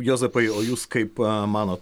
juozapai o jūs kaip manot